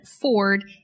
Ford